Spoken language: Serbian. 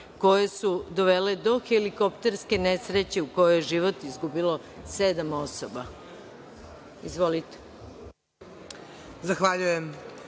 koje su dovele do helikopterske nesreće u kojoj je život izgubilo sedam osoba. Izvolite.